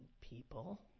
people